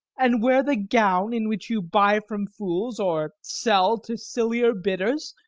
and wear the gown in which you buy from fools, or sell to sillier bidders?